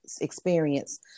experience